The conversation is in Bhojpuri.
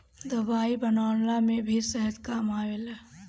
दवाई बनवला में भी शहद काम आवेला